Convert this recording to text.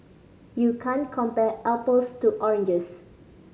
you can't compare apples to oranges